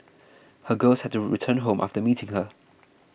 her girls had to return home after meeting her